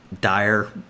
dire